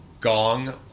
Gong